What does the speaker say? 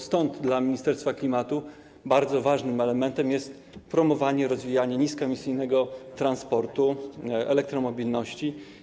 Stąd dla Ministerstwa Klimatu bardzo ważnym elementem jest promowanie i rozwijanie niskoemisyjnego transportu, elektromobilności.